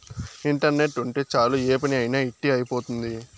internet ఉంటే చాలు ఏ పని అయినా ఇట్టి అయిపోతుంది